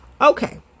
Okay